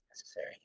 necessary